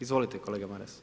Izvolite, kolega Maras.